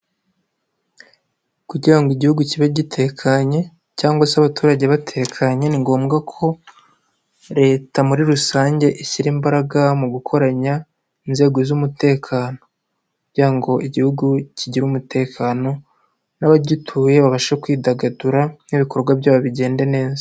Kugira ngo igihugu kibe gitekanye cyangwa se abaturage batekanye ni ngombwa ko Leta muri rusange ishyira imbaraga mu gukoranya inzego z'umutekano kugira ngo igihugu kigire umutekano n'abagituye babashe kwidagadura n'ibikorwa byabo bigende neza.